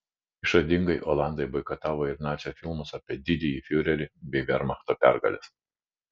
išradingai olandai boikotavo ir nacių filmus apie didįjį fiurerį bei vermachto pergales